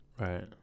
Right